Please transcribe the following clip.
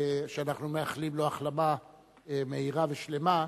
שאנחנו מאחלים לו החלמה מהירה ושלמה,